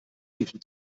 riefen